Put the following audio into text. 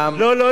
לא לא לא.